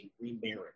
remarriage